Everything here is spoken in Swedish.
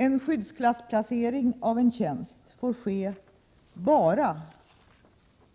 En skyddsklassplacering av en tjänst får ske bara